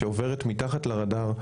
שעוברת מתחת לרדאר.